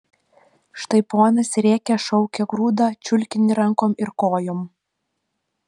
štai ponas rėkia šaukia grūda čiulkinį rankom ir kojom